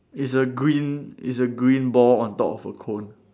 it's a green it's a green ball on top of a cone